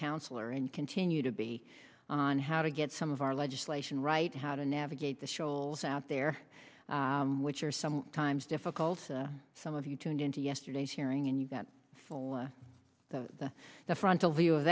counselor and continue to be on how to get some of our legislation right how to navigate the shoals out there which are some times difficult some of you tuned in to yesterday's hearing and you've got full the the frontal view of